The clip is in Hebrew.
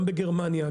בגרמניה,